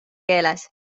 keeles